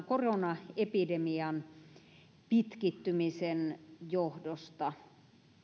koronaepidemian pitkittymisen johdosta